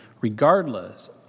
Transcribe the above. regardless